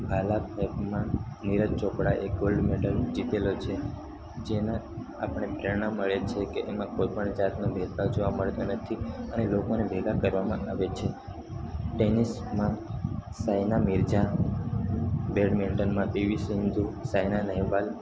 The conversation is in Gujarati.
ભાલા ફેંકમાં નીરજ ચોપડાએ ગોલ્ડ મેડલ જીતેલો છે જેના આપણે પ્રેરણા મળે છેકે એમાં કોઈપણ જાતનો ભેદભાવ જોવા મળતો નથી અને લોકોને ભેગા કરવામાં આવે છે ટેનિસમાં સાનિયા મિરઝા બૅડ્મિન્ટનમાં દેવી સંજુ સાઇના નહેવાલ